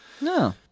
No